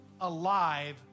alive